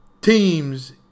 teams